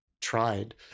tried